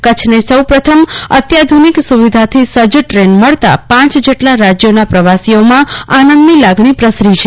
કચ્છને સૌ પ્રથમ અત્યાધુનિક સુવીધાથી સજ્જ ટ્રેન મળતા પાંચ જેટલા રાજ્યોના પ્રવાસીઓમાં આનંદની લાગણી પ્રસરી છે